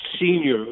senior